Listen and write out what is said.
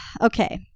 Okay